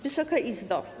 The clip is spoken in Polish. Wysoka Izbo!